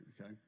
okay